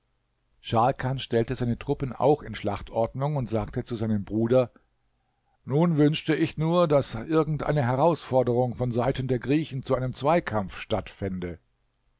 scharkan stellte seine truppen auch in schlachtordnung und sagte zu seinem bruder nun wünschte ich nur daß irgend eine herausforderung von seiten der griechen zu einem zweikampf stattfände